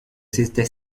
c’était